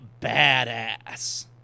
badass